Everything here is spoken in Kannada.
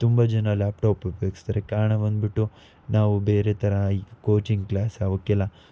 ತುಂಬ ಜನ ಲ್ಯಾಪ್ಟಾಪ್ ಉಪಯೋಗ್ಸ್ತಾರೆ ಕಾರಣ ಬಂದುಬಿಟ್ಟು ನಾವು ಬೇರೆ ಥರ ಈ ಕೋಚಿಂಗ್ ಕ್ಲಾಸ್ ಅವಕ್ಕೆಲ್ಲ